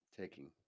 taking